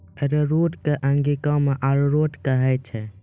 arrowroot कॅ अंगिका मॅ अरारोट कहै छै